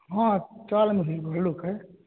हँ